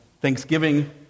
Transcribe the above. Thanksgiving